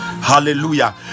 hallelujah